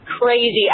crazy